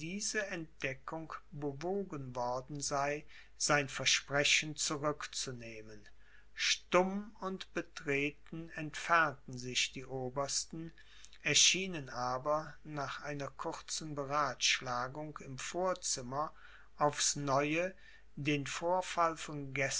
diese entdeckung bewogen worden sei sein versprechen zurückzunehmen stumm und betreten entfernten sich die obersten erschienen aber nach einer kurzen beratschlagung im vorzimmer aufs neue den vorfall von